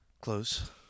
Close